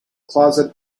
closet